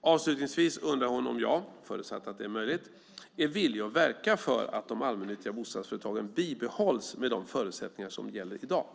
Avslutningsvis undrar hon om jag - förutsatt att det är möjligt - är villig att verka för att de allmännyttiga bostadsföretagen bibehålls med de förutsättningar som gäller i dag.